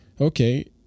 okay